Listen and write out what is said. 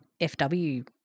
FW